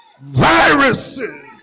Viruses